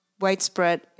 widespread